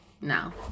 No